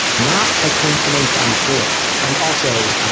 not a coincidence, i'm sure. and also,